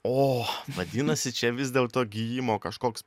o vadinasi čia vis dėlto gijimo kažkoks